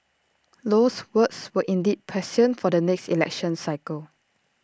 Low's words were indeed prescient for the next election cycle